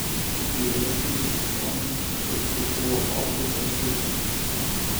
prie rėkaujančių bomžų iškart pripuola baltosios pirštinės